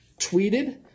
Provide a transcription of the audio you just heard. tweeted